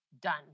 Done